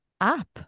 App